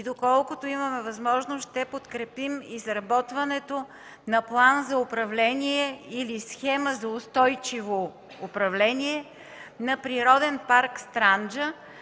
и, доколкото имаме възможност, ще подкрепим изработването на План за управление или Схема за устойчиво управление на Природен парк „Странджа”,